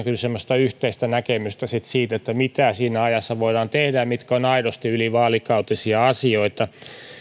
semmoista yhteistä näkemystä siitä mitä siinä ajassa voidaan tehdä ja mitkä ovat aidosti ylivaalikautisia asioita